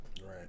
Right